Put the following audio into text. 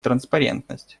транспарентность